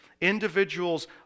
Individuals